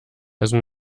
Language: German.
also